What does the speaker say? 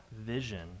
vision